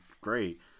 great